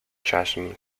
chasm